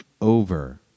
Over